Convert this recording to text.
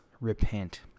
repent